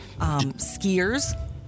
Skiers